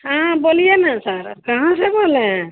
हाँ बोलिए न सारा कहाँ से बोल रहे हैं